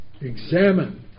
Examine